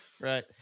right